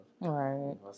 right